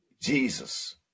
Jesus